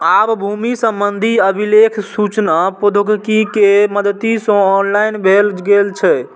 आब भूमि संबंधी अभिलेख सूचना प्रौद्योगिकी के मदति सं ऑनलाइन भए गेल छै